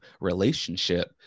relationship